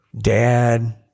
dad